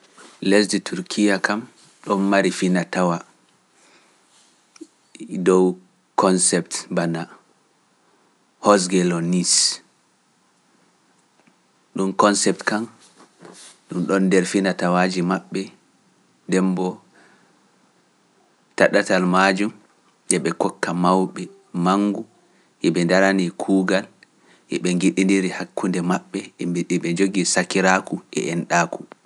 Lesdi Turkiya kam ɗum mari finatawa dow konsept bana hosge lo niisi. Ɗum konsept kam ɗum ɗon nder finatawaaji maɓɓe, ndem mbo taɗatal majum eɓe kokka mawɓe mangu, eɓe ndarani kuugal, eɓe ngiɗɗidiri hakkunde maɓɓe mbiɗi ɓe njogii sakiraaku e enɗaaku.